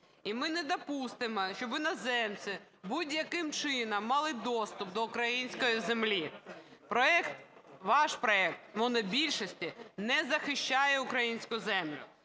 і ми не допустимо, щоб іноземці будь-яким чином мали доступ до української землі. Проект, ваш проект монобільшості не захищає українську землю,